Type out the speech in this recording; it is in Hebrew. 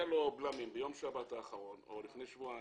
לו בלמים ביום שבת האחרון או לפני שבועיים,